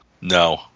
no